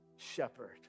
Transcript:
shepherd